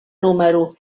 número